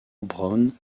braun